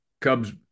Cubs –